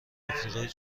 آفریقای